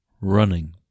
running